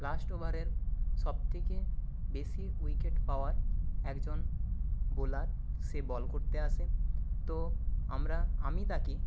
last ওভারের সব থেকে বেশি উইকেট পাওয়ার একজন বোলার সে বল করতে আসে তো আমরা আমি তাকে